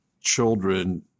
children